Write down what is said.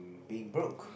being broke